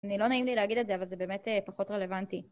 אני לא נעים לי להגיד את זה, אבל זה באמת פחות רלוונטי.